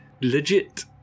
legit